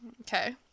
Okay